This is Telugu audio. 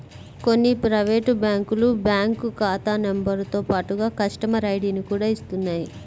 కొన్ని ప్రైవేటు బ్యాంకులు బ్యాంకు ఖాతా నెంబరుతో పాటుగా కస్టమర్ ఐడిని కూడా ఇస్తున్నాయి